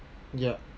ya